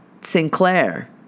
Sinclair